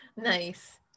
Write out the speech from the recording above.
Nice